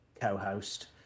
co-host